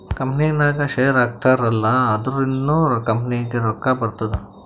ಕಂಪನಿನಾಗ್ ಶೇರ್ ಹಾಕ್ತಾರ್ ಅಲ್ಲಾ ಅದುರಿಂದ್ನು ಕಂಪನಿಗ್ ರೊಕ್ಕಾ ಬರ್ತುದ್